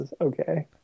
okay